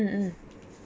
mm mm